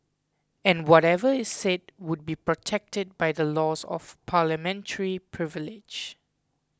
and whatever is said would be protected by the laws of parliamentary privilege